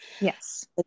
Yes